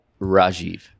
Rajiv